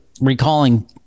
recalling